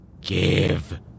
Give